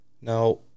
Now